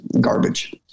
garbage